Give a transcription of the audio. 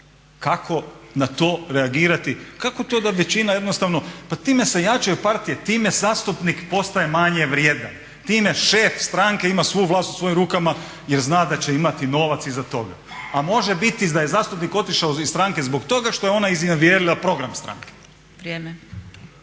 Kako na to reagirati, kako to da većina jednostavno, pa tim se jačaju partije, time zastupnik postaje manje vrijedan, time šef strane ima svu vlast u svojim rukama jer zna da će imati novac iza toga. A može biti da je zastupnik otišao iz stranke zbog toga što je ona iznevjerila program stranke. **Zgrebec,